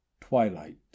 Twilight